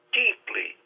deeply